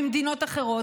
במדינות אחרות,